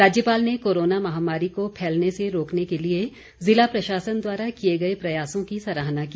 राज्यपाल ने कोरोना महामारी को फैलने से रोकने के लिए जिला प्रशासन द्वारा किए गए प्रयासों की सराहना की